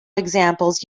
examples